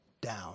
down